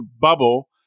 bubble